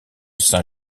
saint